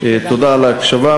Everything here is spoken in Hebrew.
תודה על ההקשבה,